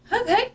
okay